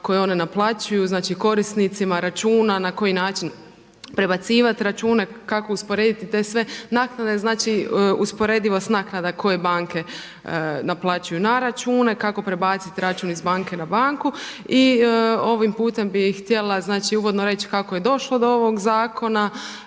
koje one naplaćuju. Znači korisnicima računa na koji način prebacivat račune, kako usporediti te sve naknade. Znači, usporedivost naknada koje banke naplaćuju na račune, kako prebaciti račun iz banke na banku. I ovim putem bih htjela, znači uvodno reći kako je došlo do ovog zakona,